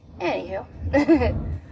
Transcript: Anywho